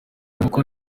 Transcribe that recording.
inkoko